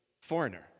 foreigner